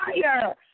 fire